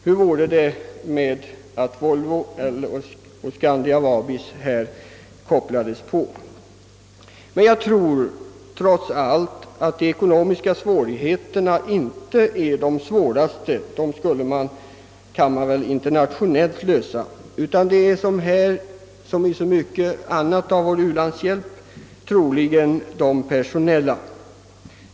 Hur vore det om Volvo och Scania-Vabis kopplades in på den här saken? Trots allt tror jag emellertid inte att de ekonomiska svårigheterna är de värsta, ty dem kan man lösa internationellt, utan de största svårigheterna är som i så mycket annat av vår u-landshjälp de personella.